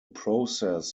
process